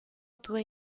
due